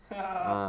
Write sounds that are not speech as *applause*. *laughs*